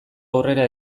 aurrera